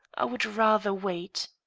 i would rather wait.